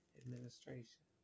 administration